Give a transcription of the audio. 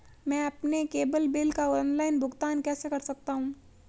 मैं अपने cable bill का ऑनलाइन भुगतान कैसे कर सकता हूं?